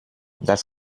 das